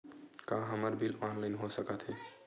का हमर bill online हो सकत हे?